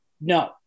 no